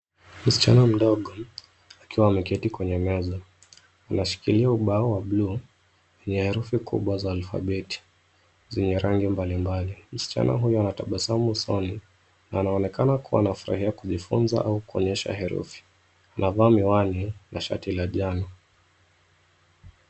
Msichana mdogo akiwa ameketi kwenye meza anashikilia ubao wa bluu ya herufi kubwa za albabeti zenye rangi mbali mbali, msichana huyu anatabasamu sana anaonekana kufarahia kujifunza au kuonyesha herufi, anavaa miwani na shati ya njano